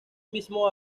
mismo